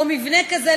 או מבנה כזה,